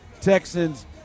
Texans